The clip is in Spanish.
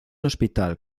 hospital